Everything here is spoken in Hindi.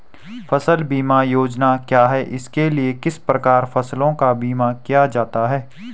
फ़सल बीमा योजना क्या है इसके लिए किस प्रकार फसलों का बीमा किया जाता है?